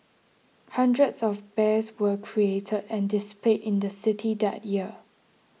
hundreds of bears were created and displayed in the city that year